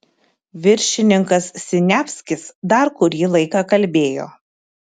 viršininkas siniavskis dar kurį laiką kalbėjo